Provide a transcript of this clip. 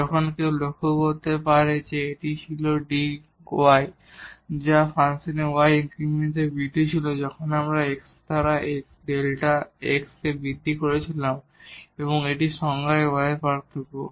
এখন কেউ লক্ষ্য করতে পারে যে এটি ছিল Δ y যা ফাংশনে y ইনক্রিমেন্টের বৃদ্ধি ছিল যখন আমরা x দ্বারা Δ x বৃদ্ধি করেছিলাম এবং এটি আমাদের সংজ্ঞায় y এর পার্থক্য